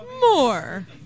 More